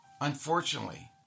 Unfortunately